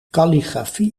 kalligrafie